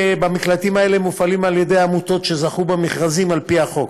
המקלטים האלה מופעלים על ידי עמותות שזכו במכרזים על פי חוק.